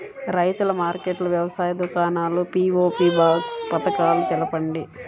రైతుల మార్కెట్లు, వ్యవసాయ దుకాణాలు, పీ.వీ.ఓ బాక్స్ పథకాలు తెలుపండి?